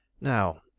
Now